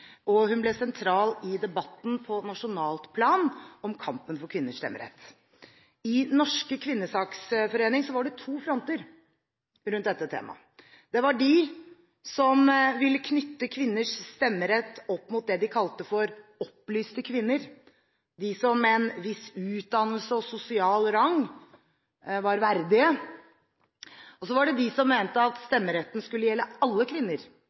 og hun ble sentral i debatten på nasjonalt plan om kampen for kvinners stemmerett. I Norsk Kvinnesaksforening var det to fronter rundt dette temaet. Det var de som ville knytte kvinners stemmerett opp mot det de kalte for opplyste kvinner, de som med en viss utdannelse og sosial rang, var verdige. Og så var det de som mente at stemmeretten skulle gjelde alle kvinner,